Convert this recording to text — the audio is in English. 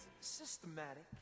systematic